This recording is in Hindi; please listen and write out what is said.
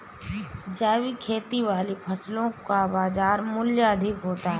जैविक खेती वाली फसलों का बाज़ार मूल्य अधिक होता है